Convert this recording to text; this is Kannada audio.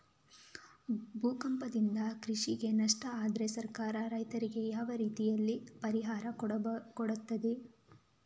ಭೂಕಂಪದಿಂದ ಕೃಷಿಗೆ ನಷ್ಟ ಆದ್ರೆ ಸರ್ಕಾರ ರೈತರಿಗೆ ಯಾವ ರೀತಿಯಲ್ಲಿ ಪರಿಹಾರ ಕೊಡ್ತದೆ?